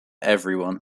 everyone